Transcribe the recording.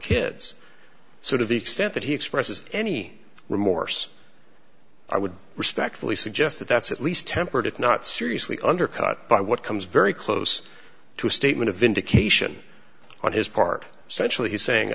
kids sort of the extent that he expresses any remorse i would respectfully suggest that that's at least tempered if not seriously undercut by what comes very close to a statement of vindication on his part sensually he's saying